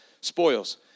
spoils